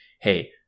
hey